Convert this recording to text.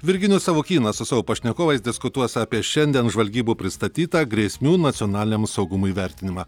virginijus savukynas su savo pašnekovais diskutuos apie šiandien žvalgybų pristatytą grėsmių nacionaliniam saugumui vertinimą